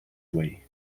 way